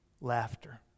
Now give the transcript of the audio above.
laughter